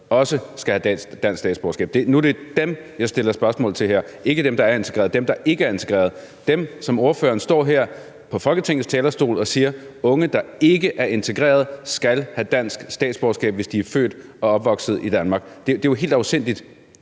også skal have dansk statsborgerskab. Nu er det dem, jeg spørger til her – ikke dem, der er integrerede, men dem, der ikke er integrerede; dem, om hvem ordføreren står her på Folketingets talerstol og siger: Unge, der ikke er integrerede, skal have dansk statsborgerskab, hvis de er født og opvokset i Danmark. Det er jo helt afsindigt.